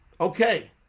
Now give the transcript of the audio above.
Okay